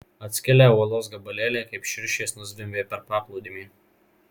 atskilę uolos gabalėliai kaip širšės nuzvimbė per paplūdimį